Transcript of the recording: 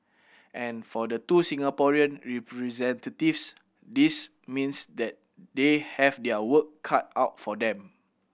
and for the two Singaporean representatives this means that they have their work cut out for them